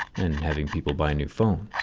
and having people buy new phones,